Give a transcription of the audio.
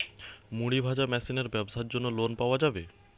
মুড়ি ভাজা মেশিনের ব্যাবসার জন্য লোন পাওয়া যাবে?